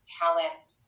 talents